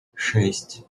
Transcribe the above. шесть